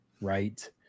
Right